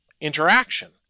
interaction